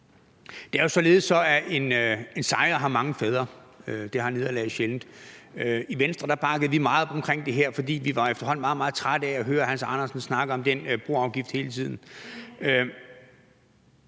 Det er jo således, at en sejr har mange fædre – det har nederlaget sjældent. I Venstre bakkede vi meget op om det her, for vi var efterhånden meget, meget trætte af at høre Hans Andersen snakke om den broafgift hele tiden.